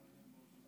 בבקשה.